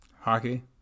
Hockey